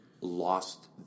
lost